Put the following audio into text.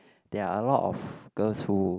there are a lot of girls who